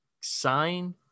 sign